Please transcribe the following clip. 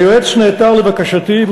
היועץ נעתר לבקשתי,